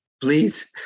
please